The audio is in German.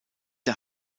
der